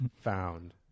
found